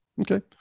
okay